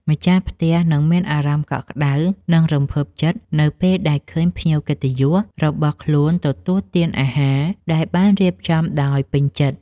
ម្ចាស់ផ្ទះនឹងមានអារម្មណ៍កក់ក្តៅ និងរំភើបចិត្តនៅពេលដែលឃើញភ្ញៀវកិត្តិយសរបស់ខ្លួនទទួលទានអាហារដែលបានរៀបចំដោយពេញចិត្ត។